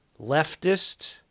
leftist